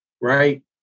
Right